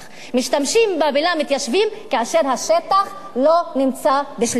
משתמשים במלה מתיישבים כאשר השטח לא נמצא בשליטתנו,